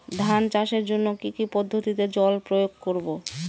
ধান চাষের জন্যে কি কী পদ্ধতিতে জল প্রয়োগ করব?